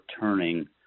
turning